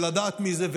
ולדעת מי זה,